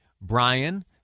Brian